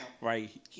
Right